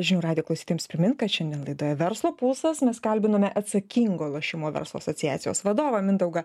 žinių radijo klausytojams primint kad šiandien laidoje verslo pulsas mes kalbinome atsakingo lošimo verslo asociacijos vadovą mindaugą